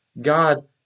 God